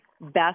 best